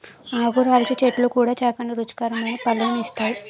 ఆకురాల్చే చెట్లు కూడా చక్కని రుచికరమైన పళ్ళను ఇస్తాయి